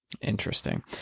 Interesting